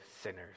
sinners